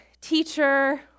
teacher